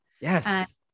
Yes